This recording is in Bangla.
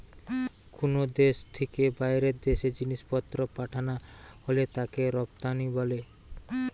কুনো দেশ থিকে বাইরের দেশে জিনিসপত্র পাঠানা হলে তাকে রপ্তানি বলে